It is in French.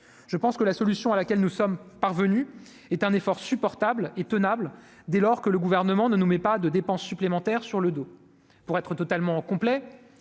je pense que la solution à laquelle nous sommes parvenus est un effort supportable et tenable dès lors que le gouvernement ne nous met pas de dépenses supplémentaires sur le dos pour être totalement complet,